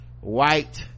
white